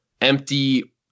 empty